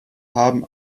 haben